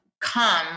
come